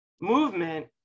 movement